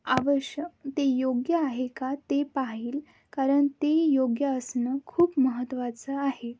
आवश्यक ते योग्य आहे का ते पाहील कारण ते योग्य असणं खूप महत्त्वाचं आहे